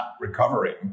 recovering